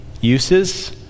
uses